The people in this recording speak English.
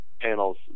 panels